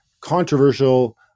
Controversial